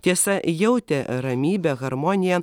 tiesa jautė ramybę harmoniją